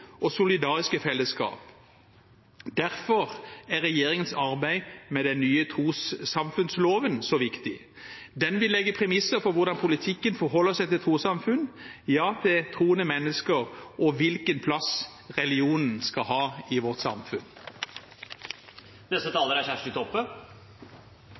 og solidariske fellesskap. Derfor er regjeringens arbeid med den nye trossamfunnsloven så viktig. Den vil legge premisser for hvordan politikken forholder seg til trossamfunn, ja til troende mennesker, og hvilken plass religionen skal ha i vårt samfunn.